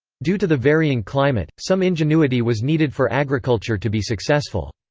due to the varying climate, some ingenuity was needed for agriculture to be successful.